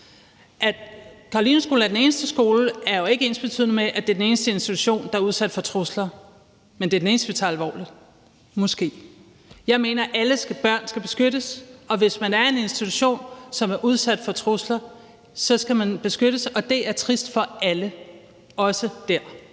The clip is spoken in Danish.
At Carolineskolen er den eneste skole, er jo ikke ensbetydende med, at det er den eneste institution, der er udsat for trusler, men at det er den eneste, vi tager alvorligt, måske. Jeg mener, at alle børn skal beskyttes, og at hvis man er en institution, som er udsat for trusler, skal man beskyttes, og det er trist for alle, også der.